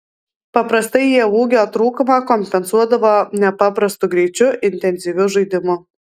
paprastai jie ūgio trūkumą kompensuodavo nepaprastu greičiu intensyviu žaidimu